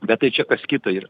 bet tai čia kas kita yra